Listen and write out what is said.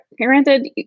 granted